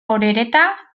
orereta